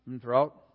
throughout